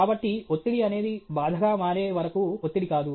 కాబట్టి ఒత్తిడి అనేది బాధగా మారే వరకు ఒత్తిడి కాదు